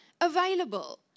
available